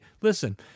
listen